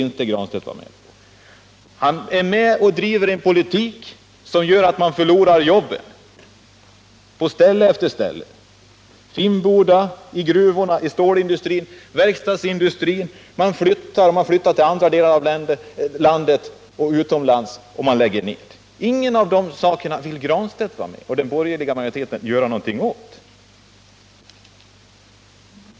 Pär Granstedt är vidare med och driver en politik som gör att människorna förlorar jobben på ställe efter ställe — vid Finnboda, i gruvorna, i stålindustrin, osv. Företagen flyttar till andra delar av landet och utomlands, och de lägger ner sin verksamhet. Inget av detta vill Pär Granstedt och den borgerliga majoriteten göra någonting åt.